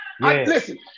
listen